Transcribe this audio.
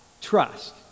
trust